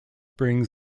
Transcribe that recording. brings